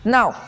Now